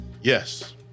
yes